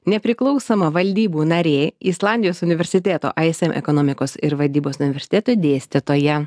nepriklausoma valdybų narė islandijos universiteto ism ekonomikos ir vadybos universiteto dėstytoja